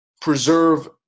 preserve